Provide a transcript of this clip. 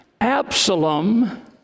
Absalom